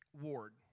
Ward